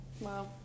wow